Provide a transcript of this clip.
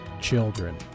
children